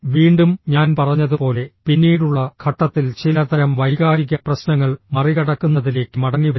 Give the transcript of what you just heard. വീണ്ടും ഞാൻ പറഞ്ഞതുപോലെ പിന്നീടുള്ള ഘട്ടത്തിൽ ചിലതരം വൈകാരിക പ്രശ്നങ്ങൾ മറികടക്കുന്നതിലേക്ക് മടങ്ങിവരും